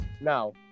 now